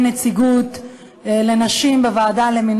האנשים שהם הכי חלשים,